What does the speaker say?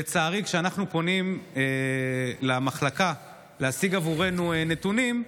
לצערי, כשאנחנו פונים למחלקה להשיג עבורנו נתונים,